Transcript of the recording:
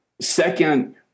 Second